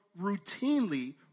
routinely